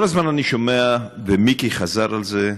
כל הזמן אני שומע, ומיקי חזר על זה: